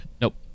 Nope